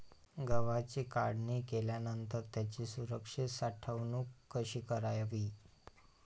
गव्हाची काढणी केल्यानंतर त्याची सुरक्षित साठवणूक कशी करावी?